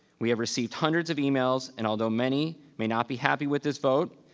we have received hundreds of emails and although many may not be happy with this vote,